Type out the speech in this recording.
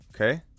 okay